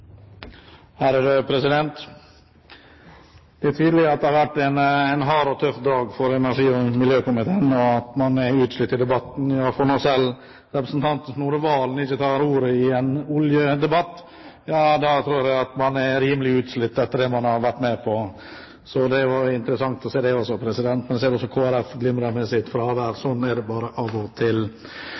tydelig at det har vært en hard og tøff dag for energi- og miljøkomiteen, og at man er utslitt etter debattene. Ja, for når selv representanten Snorre Serigstad Valen ikke tar ordet i en oljedebatt, da tror jeg man er rimelig utslitt etter det man har vært med på. Det er jo interessant å se det også. Jeg ser også at Kristelig Folkeparti glimrer med sitt fravær. Sånn er det bare av og til.